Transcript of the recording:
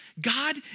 God